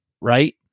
right